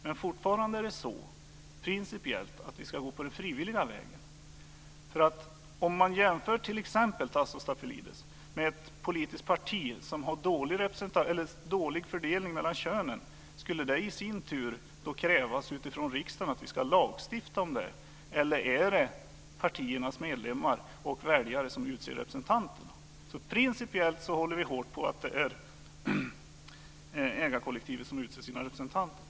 Men fortfarande är det så att vi principiellt ska gå på den frivilliga vägen. Jämför t.ex., Tasso Stafilidis, med ett politiskt parti som har dålig fördelning mellan könen. Skulle det i sin tur kräva lagstiftning från riksdagen, eller är det partiernas medlemmar och väljare som utser representanterna? Principiellt håller vi hårt på att det är ägarkollektivet som utser sina representanter.